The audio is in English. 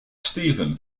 stephen